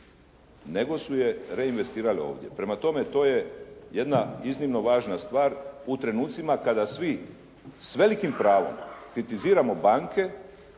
nego su je reinvestirali ovdje. Prema tome to je jedna iznimno važna stvar u trenucima kada svi s velikim pravom kritiziramo banke